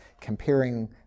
comparing